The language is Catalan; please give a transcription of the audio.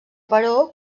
però